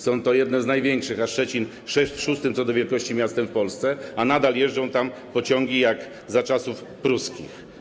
Są to jedne z największych miast, a Szczecin jest szóstym co do wielkości miastem w Polsce, a nadal jeżdżą tam pociągi jak za czasów pruskich.